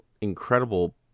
incredible